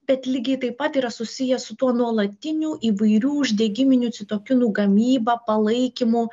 bet lygiai taip pat yra susiję su tuo nuolatiniu įvairių uždegiminių citokinų gamyba palaikymu